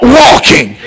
walking